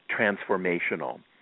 transformational